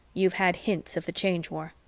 you've had hints of the change war.